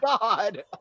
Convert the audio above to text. god